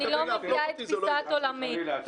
אני לא מביעה את תפיסת עולמי.